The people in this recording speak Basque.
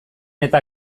eta